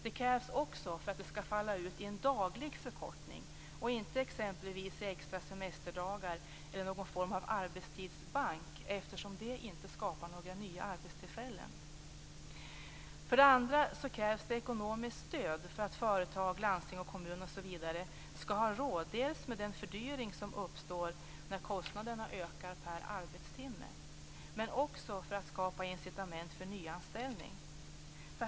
Det krävs också att man ser till att den faller ut i en daglig förkortning och inte exempelvis i extra semesterdagar eller någon form av arbetstidsbank, eftersom det inte skapar några nya arbetstillfällen. För det andra krävs det ekonomiskt stöd för att företag, landsting och kommuner dels skall ha råd med den fördyring som uppstår när kostnaderna ökar per arbetstimme, dels skall kunna skapa incitament för nyanställning.